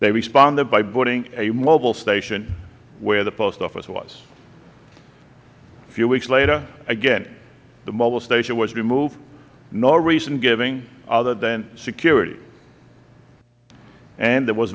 they responded by putting a mobile station where the post office was a few weeks later again the mobile station was removed no reason given other than security and there was